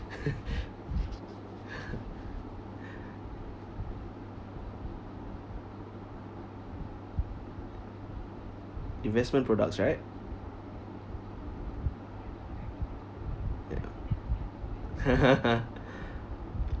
investment products right ya